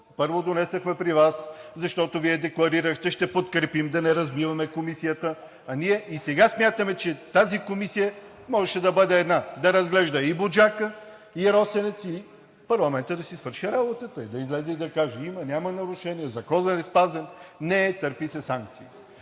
Първо, донесохме при Вас, защото Вие декларирахте: „Ще подкрепим, да не разбиваме комисията“, а ние и сега смятаме, че тази комисия можеше да бъде една – да разглежда и „Буджака“, и „Росенец“, и парламентът да си свърши работата. Да излезе и да каже: има, няма нарушение, законът е спазен, не е, търпи се санкция.